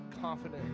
confident